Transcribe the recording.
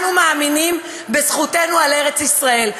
אנחנו מאמינים בזכותנו על ארץ-ישראל,